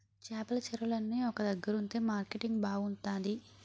చేపల చెరువులన్నీ ఒక దగ్గరుంతె మార్కెటింగ్ బాగుంతాది